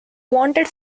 wanted